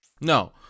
No